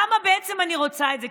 למה אני רוצה את זה?